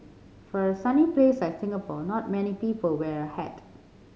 for a sunny place like Singapore not many people wear a hat